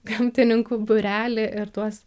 gamtininkų būrelį ir tuos